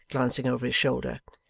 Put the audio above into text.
glancing over his shoulder,